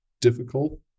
difficult